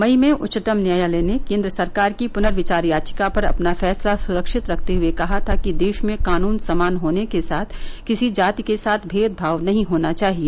मई में उच्चतम न्यायालय ने केन्द्र सरकार की पुनर्विचार याचिका पर अपना फैसला सुरक्षित रखते हुए कहा था कि देश में कानून समान होने के साथ किसी जाति के साथ भेदभाव नहीं होना चाहिए